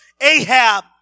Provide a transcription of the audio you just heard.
Ahab